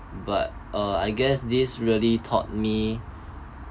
but uh I guess this really taught me